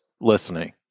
listening